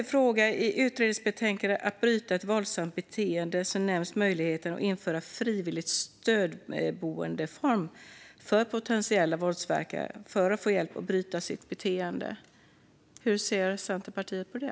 I utredningsbetänkandet Att bryta ett våldsamt beteende nämns möjligheten att införa en frivillig stödboendeform för potentiella våldsverkare för att de ska få hjälp att bryta sitt beteende. Hur ser Centerpartiet på det?